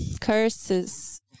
curses